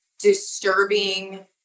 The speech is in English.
disturbing